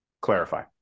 clarify